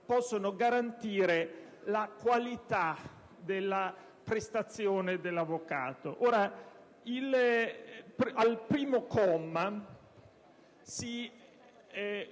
possono garantire la qualità della prestazione dell'avvocato. Il primo comma